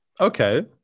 Okay